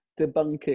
debunking